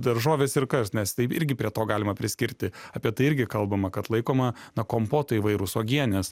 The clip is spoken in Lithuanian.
daržovės ir kas nes tai irgi prie to galima priskirti apie tai irgi kalbama kad laikoma na kompotai įvairūs uogienės